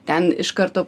ten iš karto